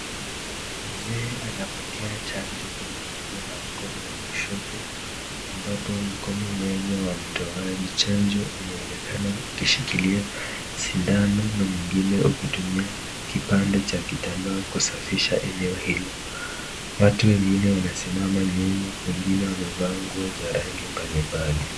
Mzee anapokea chanjo kwenye bega la mkono kushoto ambapo mkono mmoja wa mtoaji chanjo umeonekana ukishikilia sindano na mwingine ukitumia kipande cha kitambaa kusafisha eneo hilo, watu wengine wanasimama nyuma, wengine wamevaa nguo za rangi mbalimbali.